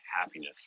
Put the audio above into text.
happiness